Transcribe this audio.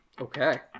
Okay